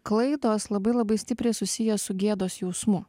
klaidos labai labai stipriai susiję su gėdos jausmu